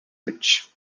rich